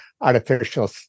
artificial